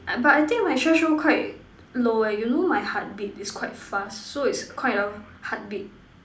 uh but I think my threshold quite low eh you know my heartbeat is quite fast so it's quite of heartbeat